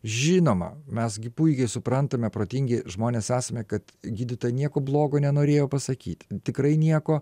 žinoma mes gi puikiai suprantame protingi žmonės esame kad gydytoja nieko blogo nenorėjo pasakyti tikrai nieko